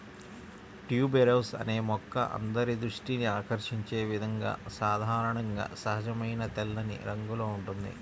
tuberose అనే మొక్క అందరి దృష్టిని ఆకర్షించే విధంగా సాధారణంగా సహజమైన తెల్లని రంగులో ఉంటుంది